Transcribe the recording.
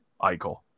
Eichel